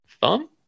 thumb